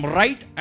right